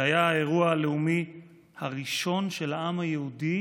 זה היה האירוע הלאומי הראשון של העם היהודי